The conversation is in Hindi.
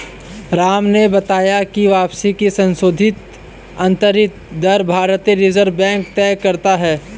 राम ने बताया की वापसी की संशोधित आंतरिक दर भारतीय रिजर्व बैंक तय करता है